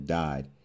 died